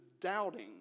doubting